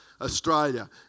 Australia